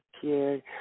kid